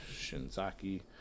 Shinzaki